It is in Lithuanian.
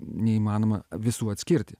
neįmanoma visų atskirti